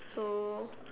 so